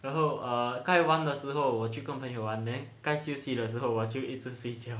然后 err 该玩的时候我去跟朋友玩 then 该休息的时候我就一直睡觉